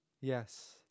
Yes